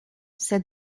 said